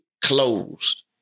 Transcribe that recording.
closed